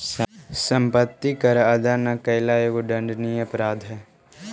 सम्पत्ति कर अदा न कैला एगो दण्डनीय अपराध हई